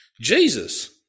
Jesus